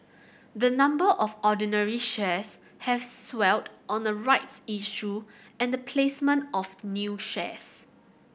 the number of ordinary shares has swelled on a rights issue and the placement of new shares